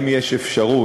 האם יש אפשרות?